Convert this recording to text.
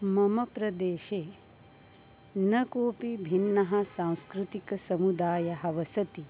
मम प्रदेशे न कोपि भिन्नः सांस्कृतिकसमुदायः वसति